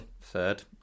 Third